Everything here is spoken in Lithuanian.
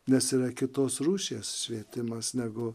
nes yra kitos rūšies švietimas negu